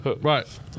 Right